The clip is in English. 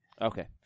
Okay